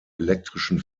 elektrischen